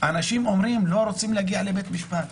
האנשים אומרים: לא רוצים להגיע לבית משפט.